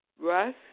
Russ